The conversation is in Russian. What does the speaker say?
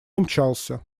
умчался